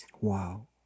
Wow